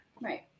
Right